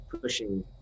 pushing